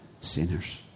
sinners